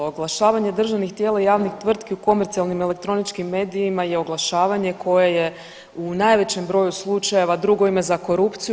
Oglašavanje državnih tijela i javnih tvrtki u komercijalnim elektroničkim medijima je oglašavanje koje je u najvećem broju slučajeva drugo ime za korupciju.